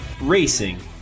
Racing